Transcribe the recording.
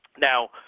Now